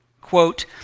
Quote